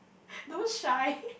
don't shy